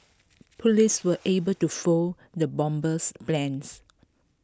Police were able to foil the bomber's plans